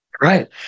Right